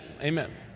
Amen